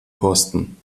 posten